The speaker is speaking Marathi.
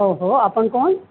हो हो आपण कोण